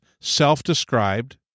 self-described